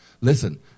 Listen